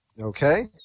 Okay